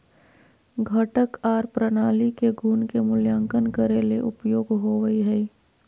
घटक आर प्रणाली के गुण के मूल्यांकन करे ले उपयोग होवई हई